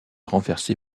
renversé